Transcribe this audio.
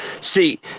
See